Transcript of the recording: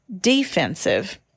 defensive